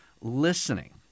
listening